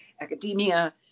academia